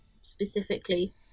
specifically